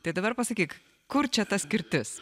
tai dabar pasakyk kur čia ta skirtis